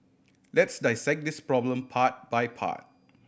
let's dissect this problem part by part